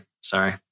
sorry